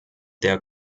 der